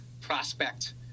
prospect